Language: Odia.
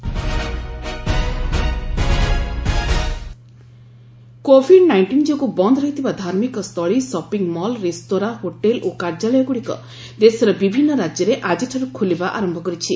first phase unlocking Covid nineteen ଯୋଗୁଁ ବନ୍ଦ ରହିଥିବା ଧାର୍ମିକ ସ୍ଥଳୀ ସଫିଂମଲ୍ ରେସ୍ତୋରାଁ ହୋଟେଲ୍ ଓ କାର୍ଯ୍ୟାଳୟଗୁଡ଼ିକ ଦେଶର ବିଭିନ୍ନ ରାଜ୍ୟରେ ଆକିଠାରୁ ଖୋଲିବା ଆରମ୍ଭ କରିଛି